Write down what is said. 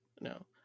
no